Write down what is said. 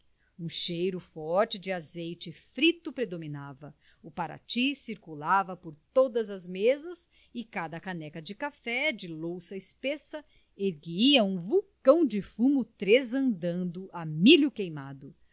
um cheiro forte de azeite frito predominava o parati circulava por todas as mesas e cada caneca de café de louça espessa erguia um vulcão de fumo tresandando a milho queimado